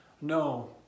No